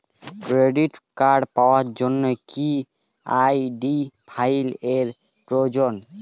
Credit card পাওয়ার জন্য কি আই.ডি ফাইল এর প্রয়োজন?